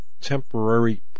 temporary